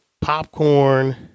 popcorn